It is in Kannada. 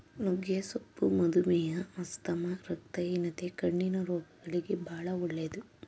ನುಗ್ಗೆ ಸೊಪ್ಪು ಮಧುಮೇಹ, ಆಸ್ತಮಾ, ರಕ್ತಹೀನತೆ, ಕಣ್ಣಿನ ರೋಗಗಳಿಗೆ ಬಾಳ ಒಳ್ಳೆದು